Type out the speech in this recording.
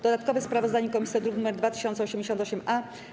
Dodatkowe sprawozdanie komisji to druk nr 2088-A.